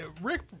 Rick